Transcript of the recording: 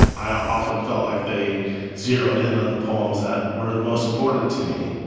i often felt like they zeroed in on the poems that were the most important to me,